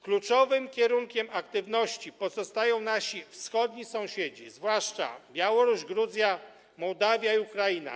Kluczowym kierunkiem aktywności pozostają nasi wschodni sąsiedzi, zwłaszcza Białoruś, Gruzja, Mołdawia i Ukraina.